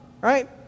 Right